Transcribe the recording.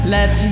Let